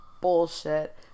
bullshit